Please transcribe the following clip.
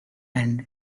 and